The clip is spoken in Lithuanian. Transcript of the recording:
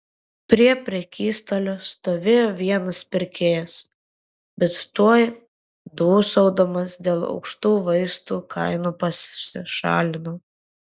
prie prekystalio stovėjo vienas pirkėjas bet tuoj dūsaudamas dėl aukštų vaistų kainų pasišalino